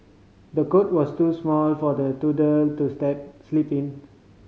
the cot was too small for the toddler to step sleep in